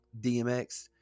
DMX